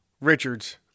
Richards